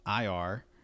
IR